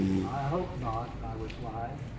i hope not, i replied.